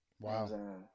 Wow